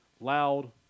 loud